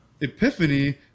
epiphany